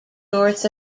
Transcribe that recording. north